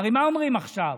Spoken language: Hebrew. הרי מה אומרים עכשיו?